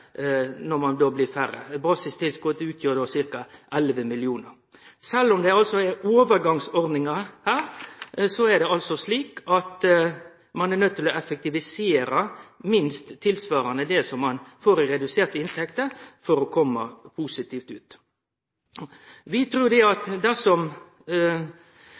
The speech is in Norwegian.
når ein blir færre. Basistilskotet utgjer ca. 11 mill. kr. Sjølv om det er overgangsordningar her, er ein nøydd til å effektivisere minimum tilsvarande det som ein får redusert i inntektene, for å komme positivt ut. Vi trur at dersom